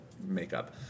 makeup